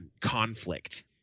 conflict